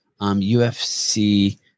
UFC